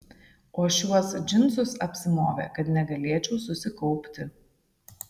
o šiuos džinsus apsimovė kad negalėčiau susikaupti